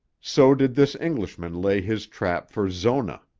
so did this englishman lay his trap for zona.